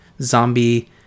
zombie